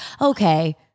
okay